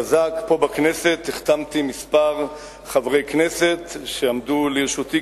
הבזק פה בכנסת החתמתי כמה חברי כנסת שעמדו לרשותי